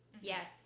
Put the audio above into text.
Yes